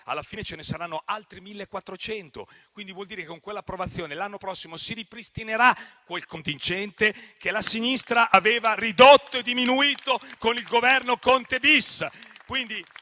alla fine ce ne saranno altri 1.400. Questo vuol dire che con tale approvazione l'anno prossimo si ripristinerà quel contingente che la sinistra aveva ridotto e diminuito con il Governo Conte-*bis*